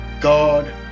god